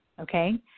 Okay